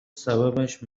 سببش